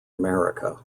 america